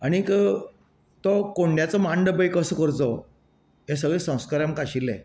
आनीक तो कोंड्याचो मांडो बी कसो करचो हे संस्कार आमकां आशिल्ले